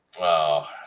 Wow